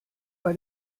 bei